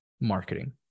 marketing